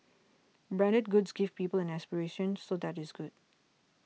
branded goods give people an aspiration so that is good